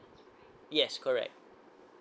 yes correct